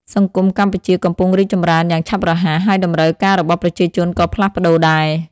សង្គមកម្ពុជាកំពុងរីកចម្រើនយ៉ាងឆាប់រហ័ស ហើយតម្រូវការរបស់ប្រជាជនក៏ផ្លាស់ប្តូរដែរ។